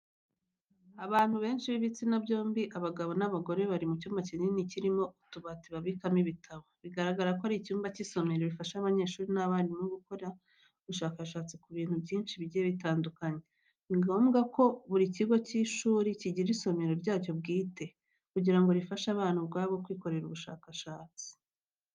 Abantu benshi b'ibitsina byombi abagabo n'abagore, bari mu cyumba kinini kirimo utubati babikamo ibitabo. Bigaragara ko ari icyumba cy'isomero gifasha abanyeshuri n'abarimu gukora ubushakashatsi ku bintu byinshi bigiye bitandukanye. Ni ngombwa ko buri kigo cy'ishuri kigira isomero ryacyo bwite, kugira ngo rifashe abana ubwabo kwikorera ubushakashatsi.